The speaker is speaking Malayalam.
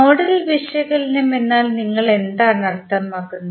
നോഡൽ വിശകലനം എന്നാൽ നിങ്ങൾ എന്താണ് അർത്ഥമാക്കുന്നത്